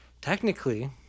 technically